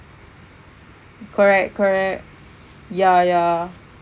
correct correct ya ya